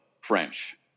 French